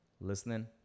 listening